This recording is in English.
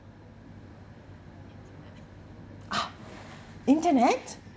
uh internet